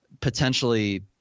potentially